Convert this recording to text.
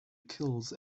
kills